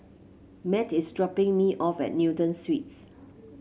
Matt is dropping me off at Newton Suites